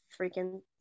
freaking